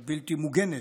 הבלתי-מוגנת,